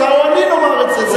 אתה או אני נאמר את זה,